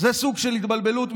זה סוג של התבלבלות.